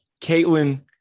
Caitlin